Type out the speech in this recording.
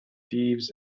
thieves